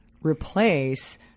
replace